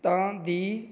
ਤਾਂ ਦੀ